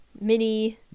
Mini